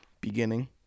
beginning